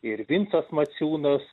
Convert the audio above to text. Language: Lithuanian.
ir vincas maciūnas